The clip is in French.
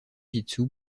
jitsu